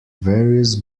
various